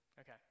Okay